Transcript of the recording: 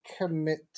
commit